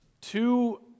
two